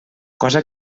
cosa